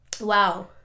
wow